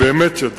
באמת ידיד,